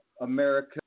America